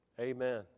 Amen